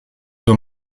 were